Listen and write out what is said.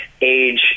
age